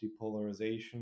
depolarization